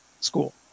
school